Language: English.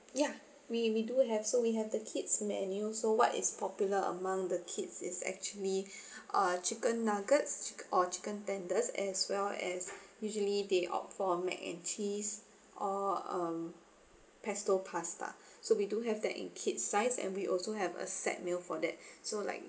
ya we we do have so we have the kids menu so what is popular among the kids is actually ah chicken nuggets or chicken tenders as well as usually they opt for mac and cheese or um pesto pasta so we do have that in kids size and we also have a set meal for that so like